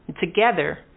Together